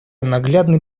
наглядный